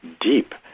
deep